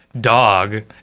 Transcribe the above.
dog